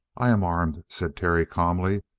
i am armed, said terry calmly,